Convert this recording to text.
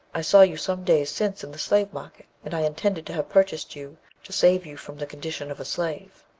i saw you some days since in the slavemarket, and i intended to have purchased you to save you from the condition of a slave.